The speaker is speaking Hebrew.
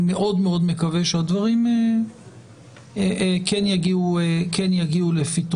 מאוד מאוד מקווה שהדברים כן יגיעו לפתרונם.